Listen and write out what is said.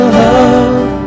love